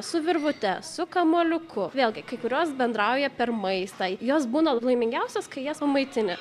su virvute su kamuoliuku vėlgi kai kurios bendrauja per maistą jos būna laimingiausios kai jas pamaitini